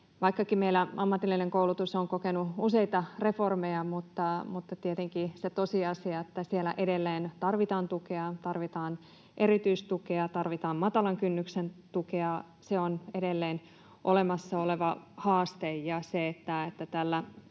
Vaikkakin meillä ammatillinen koulutus on kokenut useita reformeja, niin tietenkin se tosiasia, että siellä edelleen tarvitaan tukea, tarvitaan erityistukea, tarvitaan matalan kynnyksen tukea, on edelleen olemassa oleva haaste,